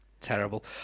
Terrible